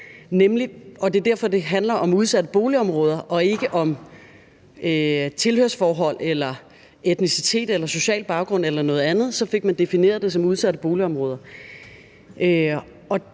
det er derfor, det handler om udsatte boligområder og ikke om tilhørsforhold eller etnicitet eller social baggrund eller noget andet; man fik det defineret som udsatte boligområder,